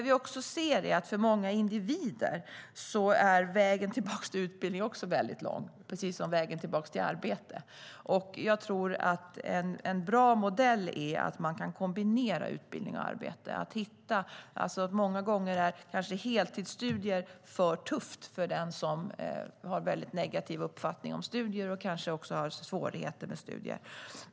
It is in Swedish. Vi ser dock att vägen tillbaka till utbildning är väldigt lång för många individer, precis som vägen tillbaka till arbete. Jag tror att en bra modell är att man kan kombinera utbildning och arbete. Många gånger är kanske heltidsstudier för tufft för den som har väldigt negativ uppfattning om studier och kanske också har svårigheter med studier.